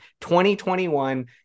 2021